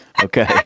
Okay